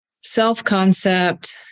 self-concept